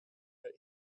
that